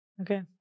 Okay